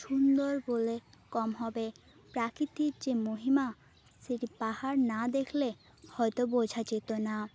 সুন্দর বললে কম হবে প্রাকৃতিক যে মহিমা সেটি পাহাড় না দেখলে হয়তো বোঝা যেতো না